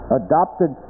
adopted